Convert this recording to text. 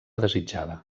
desitjada